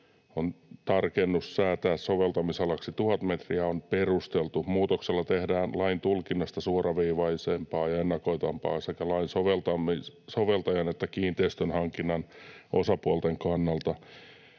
”Tarkennus säätää soveltamisalaksi 1 000 metriä on perusteltu. Muutoksella tehdään lain tulkinnasta suoraviivaisempaa ja ennakoitavampaa sekä lain soveltajan että kiinteistön hankinnan osapuolten kannalta.